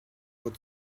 what